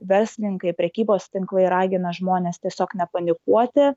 verslininkai prekybos tinklai ragina žmones tiesiog nepanikuoti